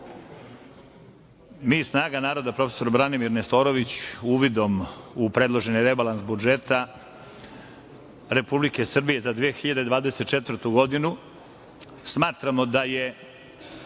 Snaga naroda - prof. Branimir Nestorović, uvidom u predloženi rebalans budžeta Republike Srbije za 2024. godinu smatramo da je